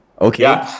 Okay